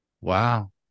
Wow